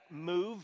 move